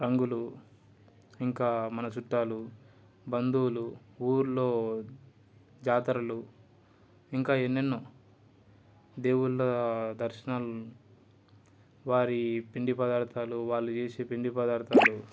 రంగులు ఇంకా మన చుట్టాలు బంధువులు ఊళ్ళో జాతరలు ఇంకా ఎన్నెన్నో దేవుళ్ళ దర్శనాల వారి పిండి పదార్థాలు వాళ్ళు చేసే పిండి పదార్థాలు